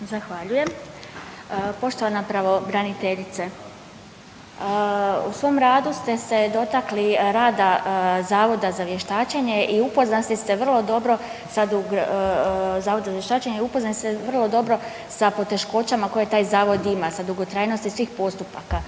Zahvaljujem. Poštovana pravobraniteljice, u svom radu ste se dotakli rada Zavoda za vještačenje i upoznati ste vrlo dobro, sad Zavod za vještačenje i upoznati ste vrlo dobro sa